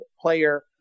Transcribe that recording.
player